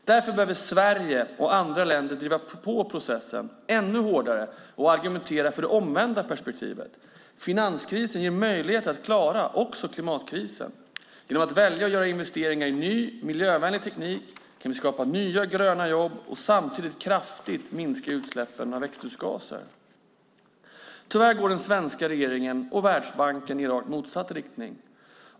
Därför behöver Sverige och andra länder driva på processen ännu hårdare och argumentera för det omvända perspektivet. Finanskrisen ger möjlighet att klara också klimatkrisen. Genom att välja att göra investeringar i ny miljövänlig teknik kan vi skapa nya gröna jobb och samtidigt kraftigt minska utsläppen av växthusgaser. Tyvärr går den svenska regeringen och Världsbanken i rakt motsatt riktning.